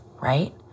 right